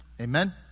Amen